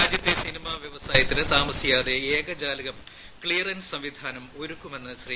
രാജ്യത്തെ സിനിമ വ്യവസായത്തിന് താമസിയാതെ ഏകജാലകം ക്കിയറൻസ് സംവിധാനം ഒരുക്കുമെന്ന് ശ്രീ